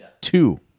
Two